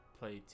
play